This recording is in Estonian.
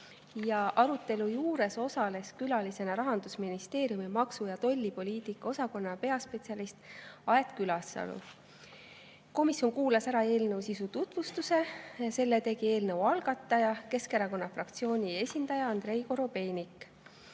Arutelul osales külalisena Rahandusministeeriumi maksu- ja tollipoliitika osakonna peaspetsialist Aet Külasalu. Komisjon kuulas ära eelnõu sisu tutvustuse, mille tegi eelnõu algataja, Keskerakonna fraktsiooni esindaja Andrei Korobeinik.